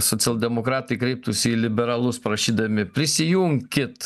socialdemokratai kreiptųsi į liberalus prašydami prisijunkit